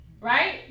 right